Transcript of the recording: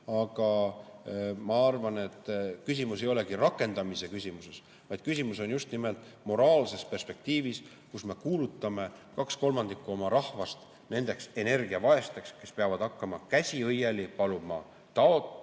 Aga ma arvan, et küsimus ei olegi rakendamises, vaid küsimus on just nimelt moraalses perspektiivis, kus me kuulutame kaks kolmandikku oma rahvast nendeks energiavaesteks, kes peavad hakkama, käsi õieli, paluma toetusi.